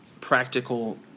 practical